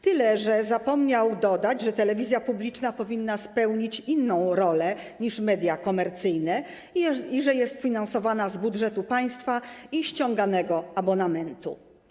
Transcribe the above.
Tyle że zapomniał dodać, że telewizja publiczna powinna spełnić inną rolę niż media komercyjne i że jest finansowana z budżetu państwa i ściąganego abonamentu.